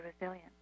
resilient